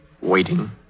Waiting